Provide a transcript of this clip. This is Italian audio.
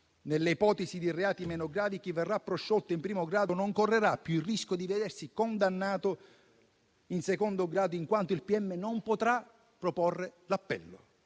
nelle ipotesi di reati meno gravi, chi verrà prosciolto in primo grado non correrà più il rischio di vedersi condannato in secondo grado, in quanto il pubblico ministero non potrà proporre l'appello.